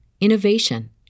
innovation